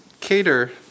cater